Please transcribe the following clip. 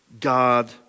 God